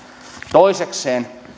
toisekseen